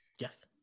Yes